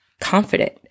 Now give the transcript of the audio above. confident